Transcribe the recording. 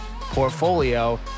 portfolio